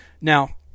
Now